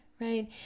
right